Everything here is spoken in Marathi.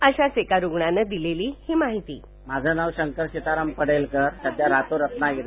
वशाच एका रुग्णानं दिलेली ही माहिती ष्वनी माझं नाव शंकर सिताराम परेळकर सध्या राहतो रत्नागिरी